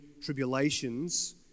tribulations